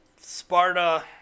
Sparta